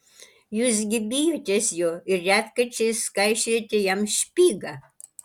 jūs gi bijotės jo ir retkarčiais kaišiojate jam špygą